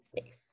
safe